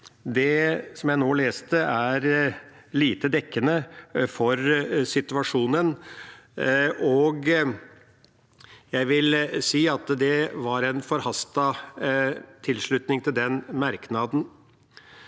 Det som jeg nå leste, er lite dekkende for situasjonen, og jeg vil si at det var en forhastet tilslutning til den merknaden.